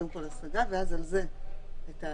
קודם כל השגה ואז על זה את העתירה.